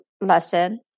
lesson